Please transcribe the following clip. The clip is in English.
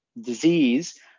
disease